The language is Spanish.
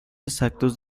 exactos